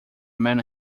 man